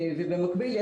ובמקביל,